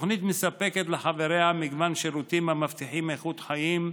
התוכנית מספקת לחבריה מגוון שירותים המבטיחים איכות חיים,